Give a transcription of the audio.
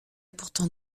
pourtant